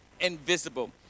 invisible